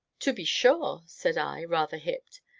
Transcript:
to be sure, said i, rather hipped,